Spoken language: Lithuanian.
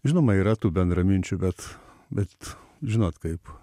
žinoma yra tų bendraminčių bet bet žinot kaip